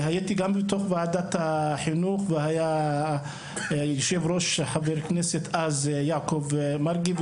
הייתי גם בתוך ועדת החינוך והיה יושב-ראש חבר כנסת אז יעקב מרגי.